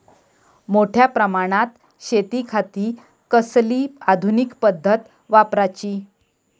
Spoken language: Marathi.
मोठ्या प्रमानात शेतिखाती कसली आधूनिक पद्धत वापराची?